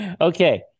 Okay